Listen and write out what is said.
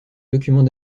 document